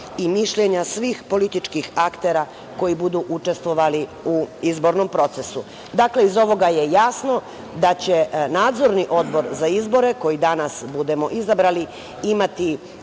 i mišljenja svih političkih aktera koji budu učestvovali u izbornom procesu. Dakle, iz ovoga je jasno da će Nadzorni odbor za izbor koji danas budemo izabrali imati